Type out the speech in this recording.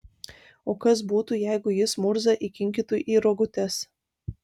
o kas būtų jeigu jis murzą įkinkytų į rogutes